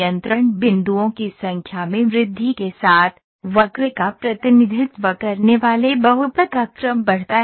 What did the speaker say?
नियंत्रण बिंदुओं की संख्या में वृद्धि के साथ वक्र का प्रतिनिधित्व करने वाले बहुपद का क्रम बढ़ता है